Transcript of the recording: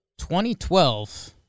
2012